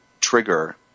trigger